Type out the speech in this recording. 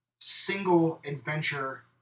single-adventure